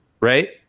Right